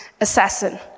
assassin